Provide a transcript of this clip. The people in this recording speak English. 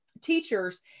teachers